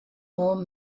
more